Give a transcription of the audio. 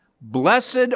Blessed